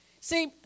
See